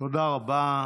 תודה רבה.